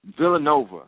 Villanova